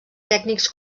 tècnics